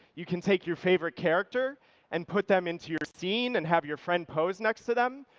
you can take your favorite character and put them into your scene and have your friend pose next to them.